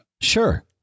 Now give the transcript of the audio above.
sure